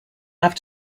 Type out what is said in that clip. have